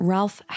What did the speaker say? Ralph